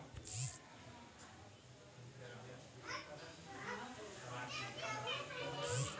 जाल बिछा के मछरी पकड़े क काम सब जगह पर होला